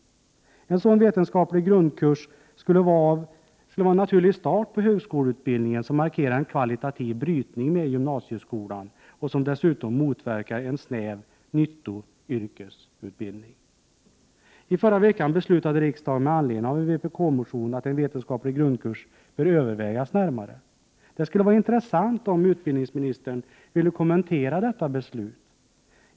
En sådan vetenskaplig grundkurs skulle vara en naturlig start på högskoleutbildningen och markera en kvalitativ brytning med gymnasieskolan. Dessutom motverkar den en snäv nyttoyrkesutbildning. I förra veckan beslutade riksdagen, med anledning av en vpk-motion, att en vetenskaplig grundkurs bör övervägas närmare. Det skulle vara intressant om utbildningsministern ville kommentera detta beslut.